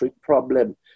problem